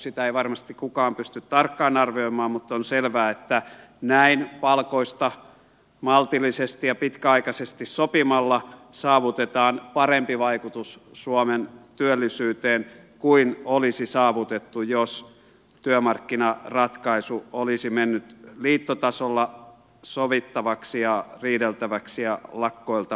sitä ei varmasti kukaan pysty tarkkaan arvioimaan mutta on selvää että näin palkoista maltillisesti ja pitkäaikaisesti sopimalla saavutetaan parempi vaikutus suomen työllisyyteen kuin olisi saavutettu jos työmarkkinaratkaisu olisi mennyt liittotasolla sovittavaksi ja riideltäväksi ja lakkoiltavaksi